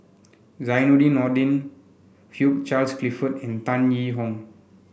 Zainudin Nordin Hugh Charles Clifford and Tan Yee Hong